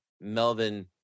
melvin